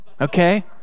okay